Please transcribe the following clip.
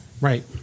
right